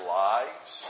lives